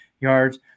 yards